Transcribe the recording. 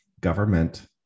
government